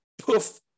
poof